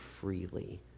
freely